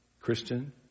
Christian